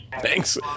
Thanks